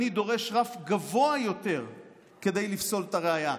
אני דורש רף גבוה יותר כדי לפסול את הראיה.